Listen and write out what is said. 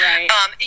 Right